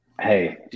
Hey